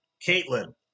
Caitlin